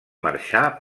marxar